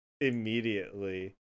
immediately